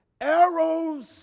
arrows